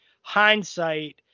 hindsight